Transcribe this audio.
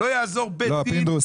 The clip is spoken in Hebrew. לא יעזור בית דין --- פינדרוס,